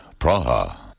Praha